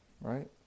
Right